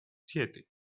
siete